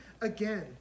again